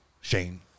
Shane